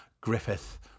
Griffith